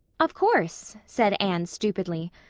of course, said anne stupidly.